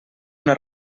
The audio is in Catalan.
una